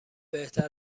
بهتر